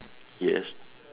yes